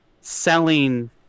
selling